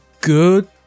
good